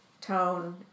tone